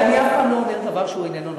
אני אף פעם לא אומר דבר שהוא איננו נכון,